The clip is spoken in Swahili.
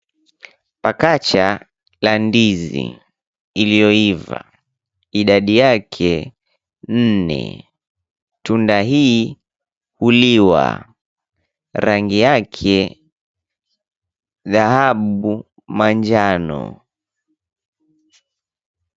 Pakacha la ndizi iliyoiva, idadi yake nne, tunda hii huliwa, rangi yake dhahabu manjano.